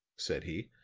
said he,